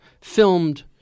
filmed